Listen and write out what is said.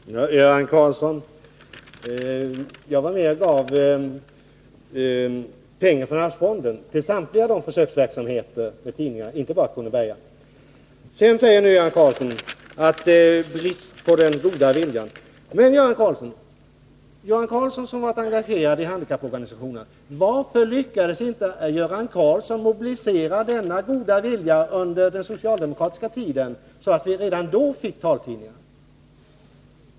Herr talman! Till Göran Karlsson vill jag säga att jag var med om att bevilja pengar från arvsfonden till samtliga tidningar med försöksverksamhet — inte bara till Kronobergaren. Göran Karlsson säger att det är brist på god vilja. Men han har ju varit verksam i handikapporganisationerna. Varför lyckades han inte mobilisera den goda viljan under den socialdemokratiska regeringstiden, så att vi redan då kunde ha fått taltidningar?